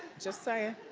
just saying.